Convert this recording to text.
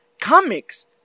comics